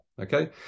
Okay